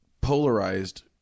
polarized